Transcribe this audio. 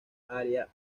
aria